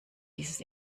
dieses